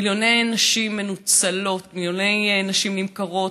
מיליוני נשים מנוצלות, מיליוני נשים נמכרות,